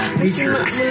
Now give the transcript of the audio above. features